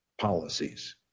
policies